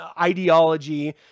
ideology